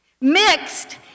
mixed